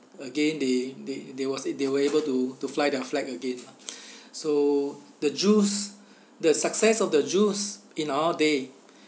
again they they they was uh they were able to to fly their flag again lah so the jews the success of the jews in our day